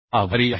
आभारी आहे